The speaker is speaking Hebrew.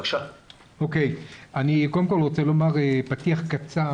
קודם כול אני רוצה לומר פתיח קצר,